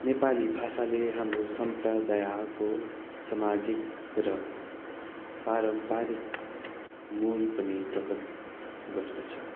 नेपाली भाषाले हाम्रो सम्प्रदायको सामाजिक र पारम्परिक मूल पनि प्रकट गर्दछ